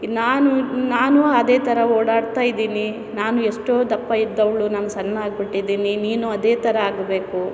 ನಾನು ನಾನು ಅದೇ ಥರ ಓಡಾಡ್ತಾಯಿದ್ದೀನಿ ನಾನು ಎಷ್ಟೋ ದಪ್ಪ ಇದ್ದವಳು ನಾನು ಸಣ್ಣ ಆಗಿಬಿಟ್ಟಿದ್ದೀನಿ ನೀನು ಅದೇ ಥರ ಆಗಬೇಕು